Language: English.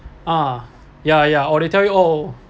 ah ya ya or they tell you oh